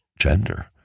gender